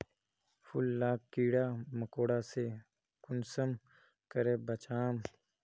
फूल लाक कीड़ा मकोड़ा से कुंसम करे बचाम?